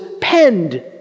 penned